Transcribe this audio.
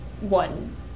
one